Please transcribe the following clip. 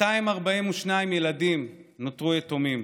242 ילדים נותרו יתומים